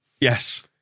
yes